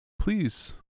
please